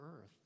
earth